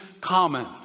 common